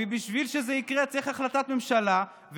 ובשביל שזה יקרה צריך החלטת ממשלה.